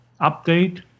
update